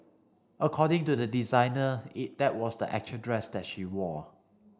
according to the designer that was the actual dress that she wore